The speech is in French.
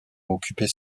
occuper